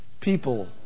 people